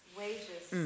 wages